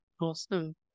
Awesome